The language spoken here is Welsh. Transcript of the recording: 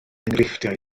enghreifftiau